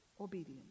obedience